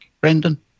Brendan